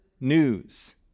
news